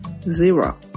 zero